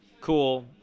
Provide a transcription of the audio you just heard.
Cool